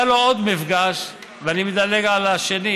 היה לו עוד מפגש, ואני מדלג על השני,